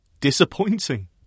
disappointing